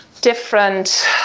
different